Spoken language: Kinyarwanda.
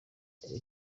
pour